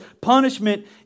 Punishment